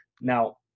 Now